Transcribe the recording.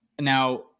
now